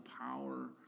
power